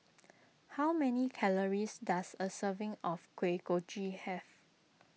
how many calories does a serving of Kuih Kochi have